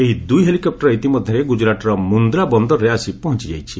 ଏହି ଦୁଇ ହେଲିକପୁର ଇତିମଧ୍ୟରେ ଗୁଜରାଟ୍ର ମୁନ୍ଦ୍ରା ବନ୍ଦରରେ ଆସି ପହଞ୍ଚଯାଇଛି